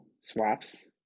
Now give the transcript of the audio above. swaps